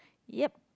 yep